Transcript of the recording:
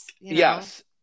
Yes